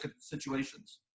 situations